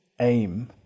aim